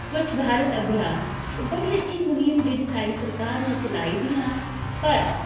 स्वच्छ भारत अभियान एह् बड़ी अच्छी मुहिम जेह्ड़ी साढ़ी सरकार ने चलाई दियां न पर